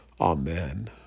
Amen